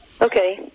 Okay